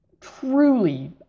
truly